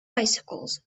bicycles